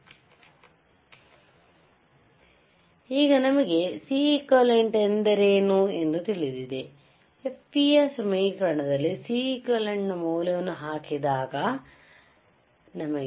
ಆದ್ದರಿಂದ ಈಗ ನಮಗೆ Cequivalent ಎಂದರೇನು ಎಂದು ತಿಳಿದಿದೆ fp ಯ ಸಮೀಕರಣದಲ್ಲಿ Cequivalent ನ ಮೌಲ್ಯವನ್ನು ಬದಲಿಯಾಗಿಹಾಕಿದಾಗ fp 12pi2x0